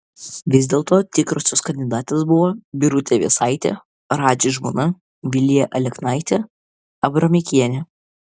vis dėlto tikrosios kandidatės buvo birutė vėsaitė radži žmona vilija aleknaitė abramikienė